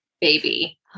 baby